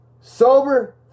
sober